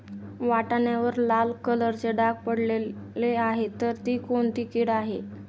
वाटाण्यावर लाल कलरचे डाग पडले आहे तर ती कोणती कीड आहे?